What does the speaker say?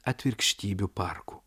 atvirkštybių parku